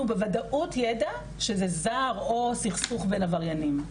בוודאות ידע שזה זר או סכסוך בין עבריינים.